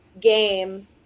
game